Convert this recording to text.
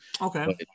okay